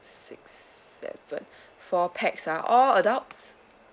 six seven four pax ah all adults